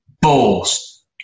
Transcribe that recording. balls